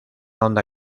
onda